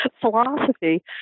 philosophy